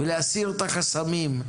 ולהסיר את החסמים,